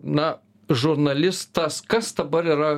na žrnalistas kas dabar yra